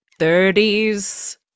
30s